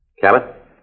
Cabot